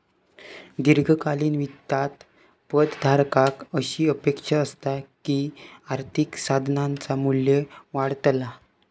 दीर्घकालीन वित्तात पद धारकाक अशी अपेक्षा असता की आर्थिक साधनाचा मू्ल्य वाढतला